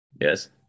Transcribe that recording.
Yes